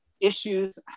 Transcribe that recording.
issues